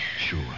Sure